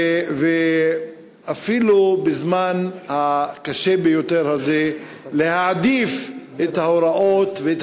שאפילו בזמן הקשה ביותר הזה מעדיפים את ההוראות ואת